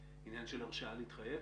עניין של הרשאה להתחייב?